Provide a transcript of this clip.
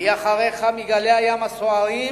והיא אחריך, מגלי הים הסוערים